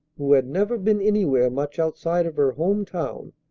who had never been anywhere much outside of her home town,